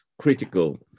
critical